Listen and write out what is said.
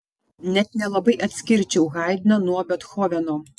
net nelabai atskirčiau haidną nuo bethoveno